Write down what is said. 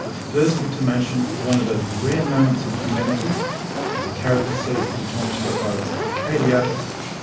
the first intimation of one of those rare moments in humanity as a character says in tom stoppard's arcadia